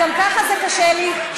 גם ככה זה קשה לי,